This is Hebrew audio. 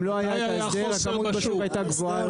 אם לא היה את ההסדר, הכמות בשוק הייתה גבוהה יותר